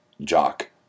jock